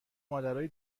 مادرای